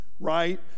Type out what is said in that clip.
right